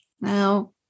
Now